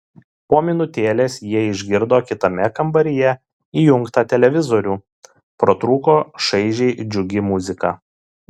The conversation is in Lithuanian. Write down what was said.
po minutėlės jie išgirdo kitame kambaryje įjungtą televizorių pratrūko šaižiai džiugi muzika